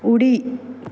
उडी